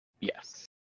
Yes